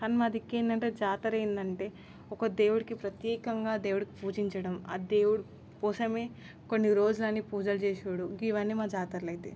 కానీ మా దిక్కేందంటే జాతర ఏంటంటే ఒక దేవుడికి ప్రత్యేకంగా ఆ దేవుడికి పూజించడం ఆ దేవుడి కోసమే కొన్ని రోజులను పూజలు చేసుడు ఇవన్నీ మా జాతరలైతాయి